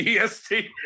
est